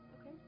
Okay